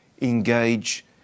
engage